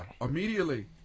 immediately